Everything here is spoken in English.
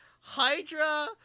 HYDRA